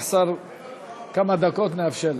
עשר דקות לרשותך.